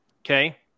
Okay